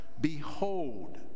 behold